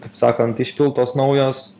kaip sakant išpiltos naujos